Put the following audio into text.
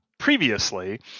Previously